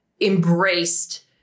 embraced